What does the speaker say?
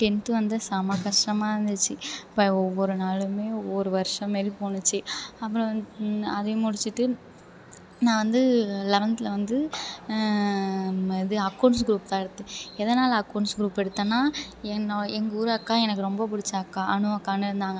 tenth வந்து செம்ம கஷ்டமா இருந்துச்சு இப்போ ஒவ்வொரு நாளுமே ஒவ்வொரு வருஷம் மாரி போச்சி அப்புறம் வந்து அதையும் முடிச்சுட்டு நான் வந்து லெவன்த்தில் வந்து ம இது அக்கௌண்ட்ஸ் க்ரூப் தான் எடுத்தேன் எதனால் அக்கௌண்ட்ஸ் க்ரூப் எடுத்தேன்னா என்ன எங்கள் ஊர் அக்கா எனக்கு ரொம்ப பிடிச்ச அக்கா அனு அக்கான்னு இருந்தாங்க